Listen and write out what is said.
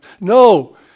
No